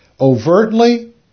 overtly